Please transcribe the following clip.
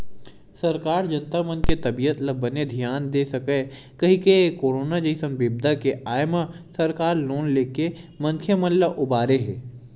सरकार जनता मन के तबीयत ल बने धियान दे सकय कहिके करोनो जइसन बिपदा के आय म सरकार लोन लेके मनखे मन ल उबारे हे